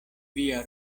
via